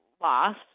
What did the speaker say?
loss